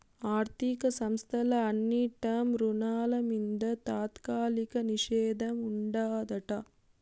ఆర్థిక సంస్థల అన్ని టర్మ్ రుణాల మింద తాత్కాలిక నిషేధం ఉండాదట